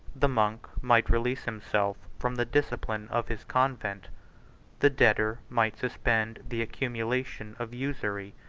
the monk might release himself from the discipline of his convent the debtor might suspend the accumulation of usury,